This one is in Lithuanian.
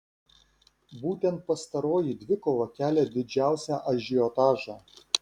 būtent pastaroji dvikova kelia didžiausią ažiotažą